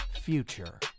future